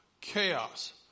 chaos